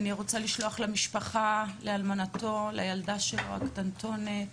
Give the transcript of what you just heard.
אני רוצה לשלוח למשפחתו, לאלמנתו ולילדתו הקטנטונת